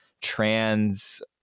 trans